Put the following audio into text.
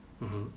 mmhmm